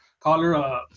caller